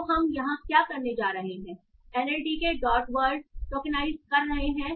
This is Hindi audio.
तो हम यहाँ क्या करने जा रहे हैं NLTK डॉट वर्ड टोकेनाइज कर रहे हैं